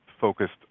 focused